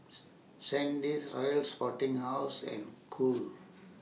Sandisk Royal Sporting House and Cool